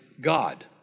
God